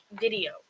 video